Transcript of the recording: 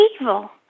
Evil